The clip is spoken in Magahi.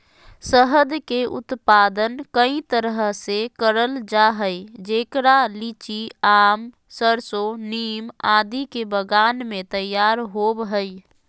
शहद के उत्पादन कई तरह से करल जा हई, जेकरा लीची, आम, सरसो, नीम आदि के बगान मे तैयार होव हई